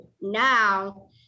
now